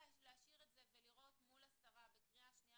--- להשאיר את זה ולראות מול השרה בקריאה השנייה